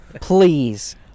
Please